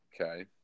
Okay